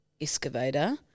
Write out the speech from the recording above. excavator